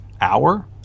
hour